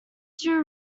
two